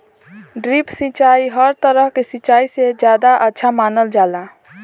drip सिंचाई हर तरह के सिचाई से ज्यादा अच्छा मानल जाला